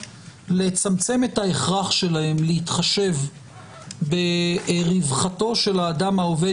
לצמצם את ההכרח שלהם להתחשב ברווחתו של האדם העובד